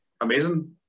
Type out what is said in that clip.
amazing